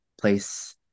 place